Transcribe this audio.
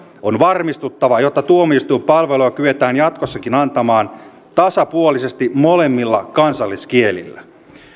on varmistuttava jotta tuomioistuinpalveluja kyetään jatkossakin antamaan tasapuolisesti molemmilla kansalliskielillä